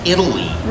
Italy